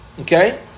Okay